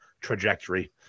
trajectory